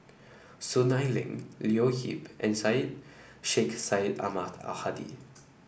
Soon Ai Ling Leo Yip and Syed Sheikh Syed Ahmad Al Hadi